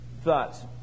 thoughts